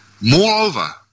Moreover